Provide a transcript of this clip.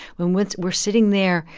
when when we're sitting there,